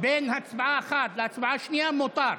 בין הצבעה אחת לשנייה, מותר,